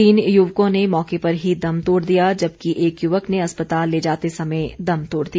तीन युवकों ने मौके पर ही दम तोड़ दिया जबकि एक युवक ने अस्पताल ले जाते समय दम तोड दिया